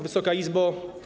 Wysoka Izbo!